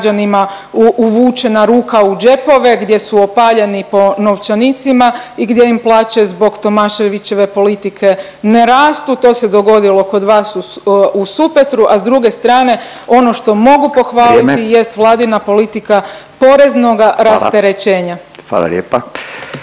EU. Hvala lijepo.